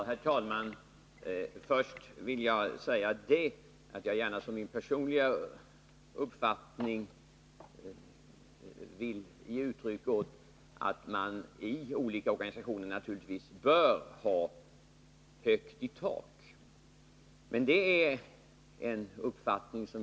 Herr talman! Först vill jag säga som min personliga uppfattning att man i olika organisationer naturligtvis bör ha högt i tak.